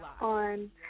on